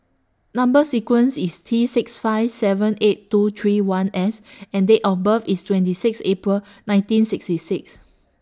Number sequence IS T six five seven eight two three one S and Date of birth IS twenty six April nineteen sixty six